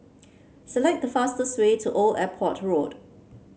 select the fastest way to Old Airport Road